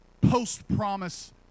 post-promise